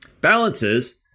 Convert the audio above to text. Balances